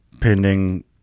pending